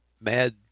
mad